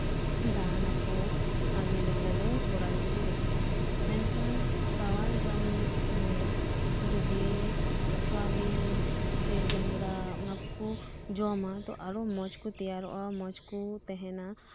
ᱫᱟᱬᱟᱱᱟᱠᱚ ᱟᱨ ᱧᱤᱫᱟᱹ ᱵᱮᱞᱟ ᱫᱚ ᱜᱚᱲᱟ ᱨᱮᱠᱚ ᱜᱤᱛᱤᱡᱟ ᱢᱮᱱᱠᱷᱟᱱ ᱥᱟᱶᱟᱨ ᱡᱚᱢᱨᱮ ᱡᱚᱫᱤ ᱥᱳᱣᱟᱵᱤᱱ ᱥᱮ ᱡᱚᱸᱰᱨᱟ ᱚᱱᱟ ᱠᱚᱠᱚ ᱡᱚᱢᱼᱟ ᱛᱚ ᱟᱨᱚ ᱢᱚᱸᱡᱽ ᱠᱚ ᱛᱮᱭᱟᱨᱚᱜᱼᱟ ᱢᱚᱸᱡᱽ ᱠᱚ ᱛᱟᱸᱦᱮᱱᱟ